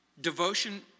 Devotion